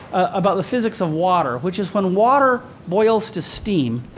about the physics of water, which is when water boils to steam,